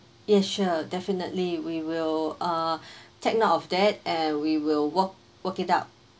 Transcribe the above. yes sure definitely we will uh take note of that and we will work work it out